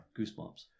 goosebumps